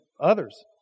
others